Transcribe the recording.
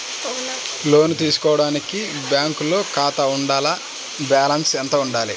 లోను తీసుకోవడానికి బ్యాంకులో ఖాతా ఉండాల? బాలన్స్ ఎంత వుండాలి?